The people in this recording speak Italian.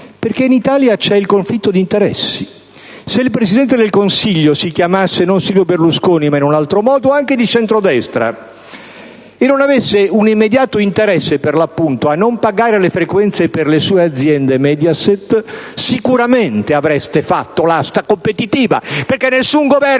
perché in Italia c'è il conflitto di interessi. Se il Presidente del Consiglio non si chiamasse Silvio Berlusconi, ma in un altro modo, e fosse anche di centrodestra, e non avesse un immediato interesse a non pagare le frequenze per le sue aziende Mediaset, sicuramente avreste fatto l'asta competitiva, perché nessun Governo